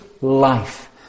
life